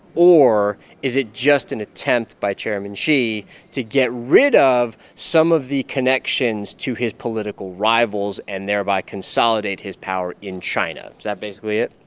or is it just an attempt by chairman xi to get rid of some of the connections to his political rivals and, thereby, consolidate his power in china? is that basically it?